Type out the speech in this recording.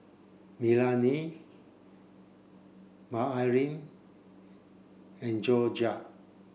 Melany and Jorja